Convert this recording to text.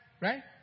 Right